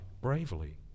bravely